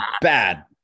bad